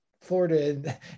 Florida